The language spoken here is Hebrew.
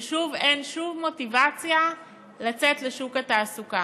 ושוב אין שום מוטיבציה לצאת לשוק התעסוקה.